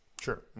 Sure